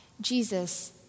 Jesus